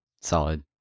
solid